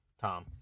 Tom